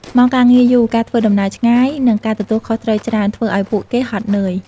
ម៉ោងការងារយូរ ការធ្វើដំណើរឆ្ងាយ និងការទទួលខុសត្រូវច្រើន ធ្វើឱ្យពួកគេហត់នឿយ ។